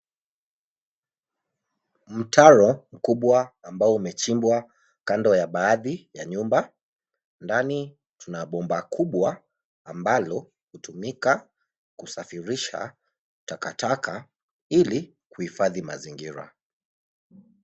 Mtaro mkubwa ambao umechimbwa kando ya baadhi ya nyumba. Ndani tuna bomba kubwa ambalo hutumika kusafirisha takataka ili kuhifadhi mazingira.